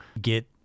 get